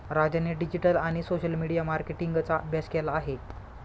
राजाने डिजिटल आणि social media मार्केटिंगचा अभ्यास केला आहे